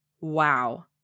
Wow